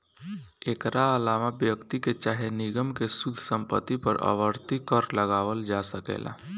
एकरा आलावा व्यक्ति के चाहे निगम के शुद्ध संपत्ति पर आवर्ती कर लगावल जा सकेला